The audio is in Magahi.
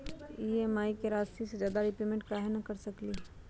हम ई.एम.आई राशि से ज्यादा रीपेमेंट कहे न कर सकलि ह?